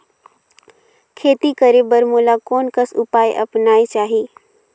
खेती करे बर मोला कोन कस उपाय अपनाये चाही?